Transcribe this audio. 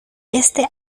este